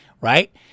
Right